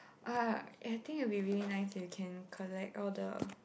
uh I think it'll be very nice if you can collect all the